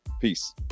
Peace